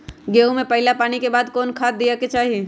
गेंहू में पहिला पानी के बाद कौन खाद दिया के चाही?